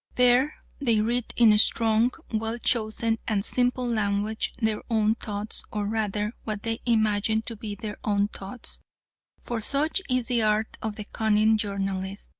there they read in strong, well-chosen and simple language their own thoughts, or rather, what they imagine to be their own thoughts for such is the art of the cunning journalist,